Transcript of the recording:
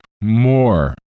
more